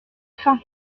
fins